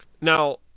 Now